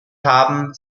haben